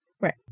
Right